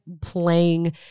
playing